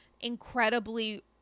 incredibly